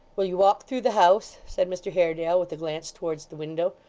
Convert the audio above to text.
will you walk through the house said mr haredale, with a glance towards the window,